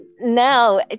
no